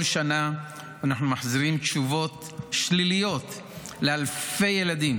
כל שנה אנחנו מחזירים תשובות שליליות לאלפי ילדים